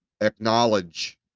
acknowledge